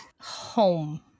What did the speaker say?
Home